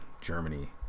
Germany